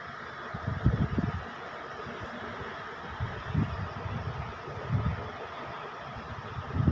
dahlia के पौधा के कलम लगवले से भी इ पकड़ लेवला